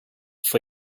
for